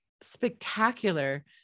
spectacular